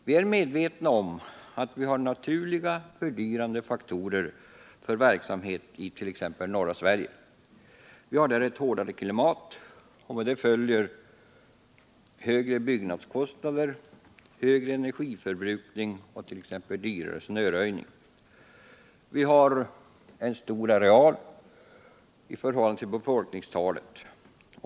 Vi är medvetna om att vi har naturliga fördyrande faktorer för verksamhet it.ex. norra Sverige. Vi har där ett hårdare klimat, och med det följer högre byggnadskostnader, högre energiförbrukning och t.ex. dyrare snöröjning. Vi har en stor areal i förhållande till befolkningstalet.